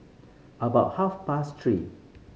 about half past three